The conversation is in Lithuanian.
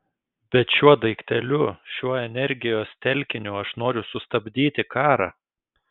bet šiuo daikteliu šiuo energijos telkiniu aš noriu sustabdyti karą